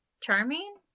charming